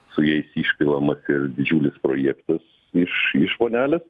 su jais išpilamas ir didžiulis projektas iš iš vonelės